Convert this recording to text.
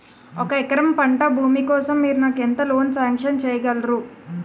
ఒక ఎకరం పంట భూమి కోసం మీరు నాకు ఎంత లోన్ సాంక్షన్ చేయగలరు?